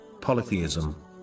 polytheism